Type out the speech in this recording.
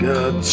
God